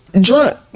drunk